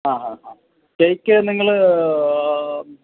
ആ ആ ഹാ ശരിക്കും നിങ്ങൾ